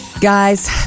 Guys